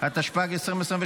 התשפ"ג 2023,